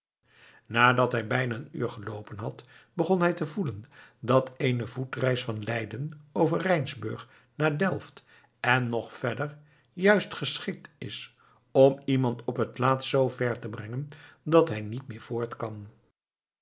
nadat hij bijna een uur geloopen had begon hij te voelen dat eene voetreis van leiden over rijnsburg naar delft en nog verder juist geschikt is om iemand op het laatst z ver te brengen dat hij niet meer voort kan